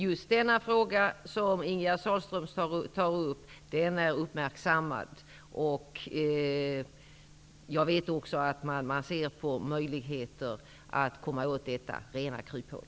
Just den fråga som Ingegerd Sahlström tar upp är uppmärksammad. Jag vet också att man ser på möjligheter att komma åt detta rena kryphål.